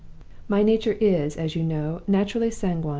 my nature is, as you know, naturally sanguine,